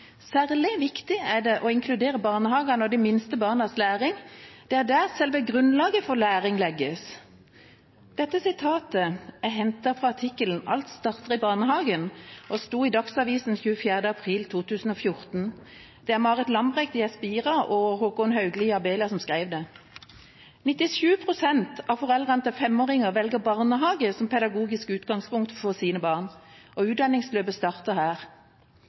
Særlig viktig er det å inkludere barnehagene og de minste barnas læring. Det er der selve grunnlaget for læring legges.» Dette sitatet er hentet fra kronikken «Læring starter i barnehagen», som sto i Dagsavisen den 24. april 2014. Det var Marit Lambrechts i Espira og Håkon Haugli i Abelia som skrev dette. 97 pst. av foreldrene til femåringer velger barnehage som pedagogisk utgangspunkt for sine barn. Utdanningsløpet starter her.